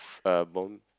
f~ uh bomb